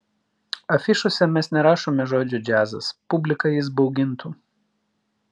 afišose mes nerašome žodžio džiazas publiką jis baugintų